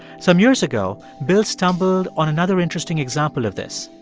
some years ago, bill stumbled on another interesting example of this.